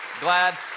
Glad